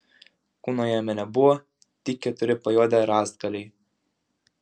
kūno jame nebuvo tik keturi pajuodę rąstgaliai